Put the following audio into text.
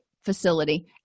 facility